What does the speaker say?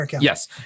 Yes